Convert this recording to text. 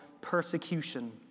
persecution